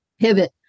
pivot